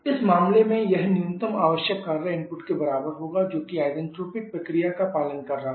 इस मामले में यह न्यूनतम आवश्यक कार्य इनपुट के बराबर होगा जो कि आइसेंट्रोपिक प्रक्रिया का पालन कर रहा है